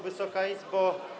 Wysoka Izbo!